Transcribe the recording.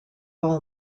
all